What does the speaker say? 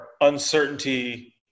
uncertainty